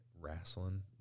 wrestling